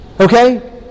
Okay